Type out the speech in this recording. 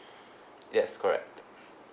yes correct